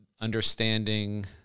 Understanding